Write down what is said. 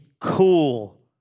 cool